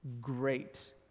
great